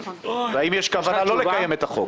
האם יש כוונה לא לקיים את החוק?